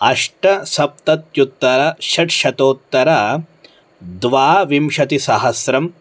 अष्टसप्तत्युत्तर षट्शतोत्तर द्वाविंशतिसहस्रम्